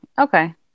Okay